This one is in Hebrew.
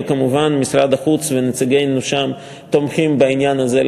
וכמובן משרד החוץ ונציגינו שם תומכים בעניין הזה.